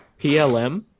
PLM